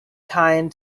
kind